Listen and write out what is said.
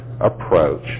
approach